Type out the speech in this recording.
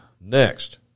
Next